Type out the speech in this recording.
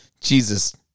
Jesus